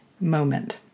moment